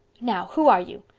now, who are you.